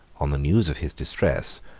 on the news of his distress,